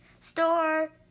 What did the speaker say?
store